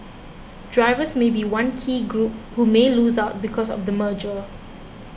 drivers may be one key group who may lose out because of the merger